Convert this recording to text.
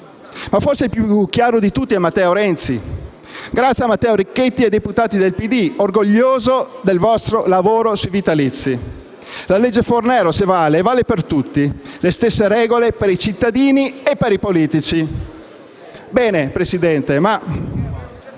Ma forse più chiaro di tutti è Matteo Renzi: «Grazie a Matteo Richetti e ai deputati del PD, orgoglioso del vostro lavoro sui vitalizi». «La legge Fornero, se vale, vale per tutti. Le stesse regole per i cittadini e per i politici». Presidente,